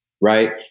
right